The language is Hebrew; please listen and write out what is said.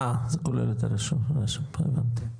אה זה כולל את הרשות, הבנתי.